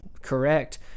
correct